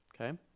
okay